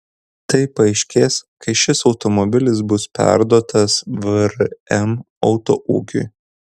tai paaiškės kai šis automobilis bus perduotas vrm autoūkiui